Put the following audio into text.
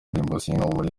indirimbo